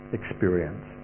experience